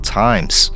times